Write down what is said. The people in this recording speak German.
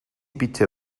bitte